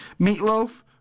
Meatloaf